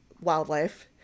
wildlife